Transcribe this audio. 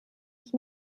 ich